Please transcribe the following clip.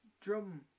Drum